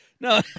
No